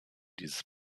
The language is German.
dieses